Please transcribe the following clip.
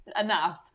enough